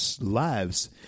lives